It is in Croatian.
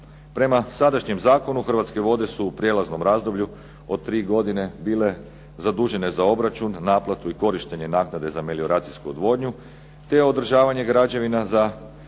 Prema sadašnjem zakonu "Hrvatske vode" su u prijelaznom razdoblju od 3 godine bile zadužene za obračun, naplatu i korištenje naknade za melioracijsku odvodnju te održavanje građevina za